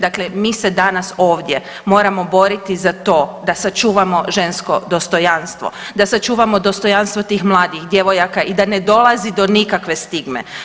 Dakle, mi se danas ovdje moramo boriti za to da sačuvamo žensko dostojanstvo, da sačuvamo dostojanstvo tih mladih djevojaka i da ne dolazi do nikakve stigme.